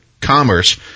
commerce